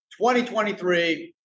2023